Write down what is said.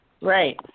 Right